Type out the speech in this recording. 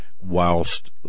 whilst